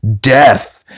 death